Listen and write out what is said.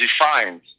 defined